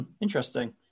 Interesting